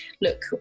Look